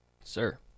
Sir